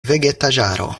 vegetaĵaro